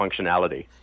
functionality